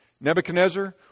Nebuchadnezzar